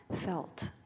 felt